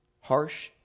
harsh